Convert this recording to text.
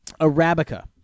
Arabica